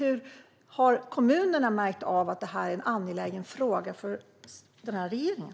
Hur har kommunerna märkt av att detta är en angelägen fråga för regeringen?